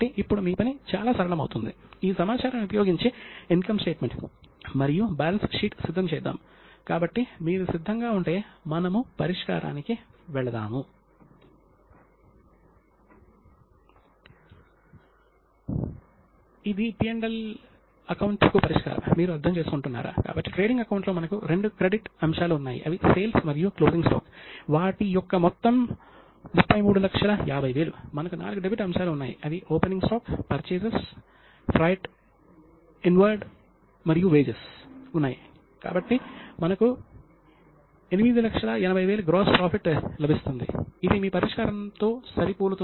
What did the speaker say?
ఇప్పుడు పురాతన కాలంలో భారతీయ వ్యాపారం అంటే భారత ఉపఖండంలోని వ్యాపారవేత్తలు చాలా పురాతన కాలం నుండి కార్పొరేట్ రూపాన్ని ఉపయోగించేవారు మరియు కార్పొరేట్ రూపాన్ని శ్రీని కంటే చాలాకాలం ముందు నుంచే భారతీయ వాణిజ్యవేత్తలు కార్పొరేట్ రూపాన్ని ఉపయోగించారు అనడానికి ఆధారాలను అందిస్తుంది